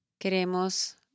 Queremos